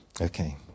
okay